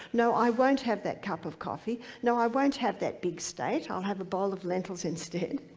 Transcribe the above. no, i won't have that cup of coffee. no, i won't have that big steak, i'll have a bowl of lentils instead.